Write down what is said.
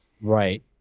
right